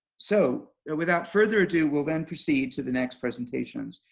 so without further ado, we'll then proceed to the next presentations.